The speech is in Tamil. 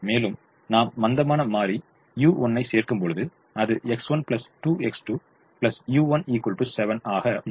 மேலும் நாம் மந்தமான மாறி u1 ஐ சேர்க்கும்போது அது X1 2X2 u1 7 ஆக மாறும்